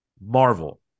Marvel